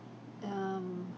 um